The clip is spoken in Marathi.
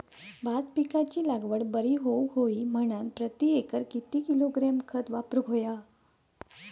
भात पिकाची लागवड बरी होऊक होई म्हणान प्रति एकर किती किलोग्रॅम खत मारुक होया?